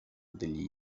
degli